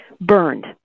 burned